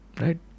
Right